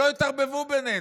שלא יתערבבו בינינו.